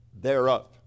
thereof